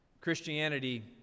Christianity